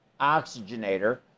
oxygenator